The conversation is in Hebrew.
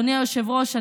אדוני היושב-ראש,